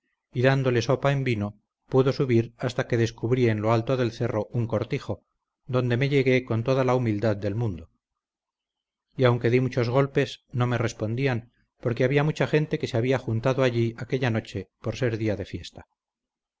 dándole sopa en vino pudo subir hasta que descubrí en lo alto del cerro un cortijo donde me llegué con toda la humildad del mundo y aunque di muchos golpes no me respondían porque había mucha gente que se había juntado allí aquella noche por ser día de fiesta